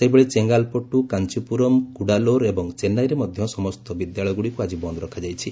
ସେହିଭଳି ଚେଙ୍ଗାଲପଟୁ କାଞ୍ଚିପୁରମ କୁଡାଲୋର ଏବଂ ଚେନ୍ନାଇରେ ମଧ୍ୟ ସମସ୍ତ ବିଦ୍ୟାଳୟଗୁଡ଼ିକୁ ଆଜି ବନ୍ଦ ରଖାଯାଇଛି